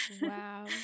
Wow